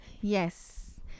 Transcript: yes